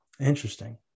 Interesting